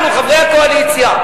אנחנו חברי הקואליציה,